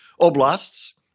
oblasts